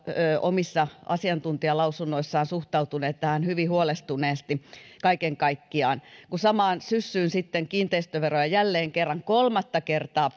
omissa asiantuntijalausunnoissaan suhtautuneet tähän hyvin huolestuneesti kaiken kaikkiaan kun samaan syssyyn sitten kiinteistöveroa jälleen kerran kolmatta kertaa